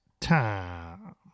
time